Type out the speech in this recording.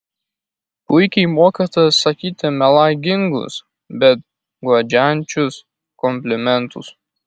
puikiai mokate sakyti melagingus bet guodžiančius komplimentus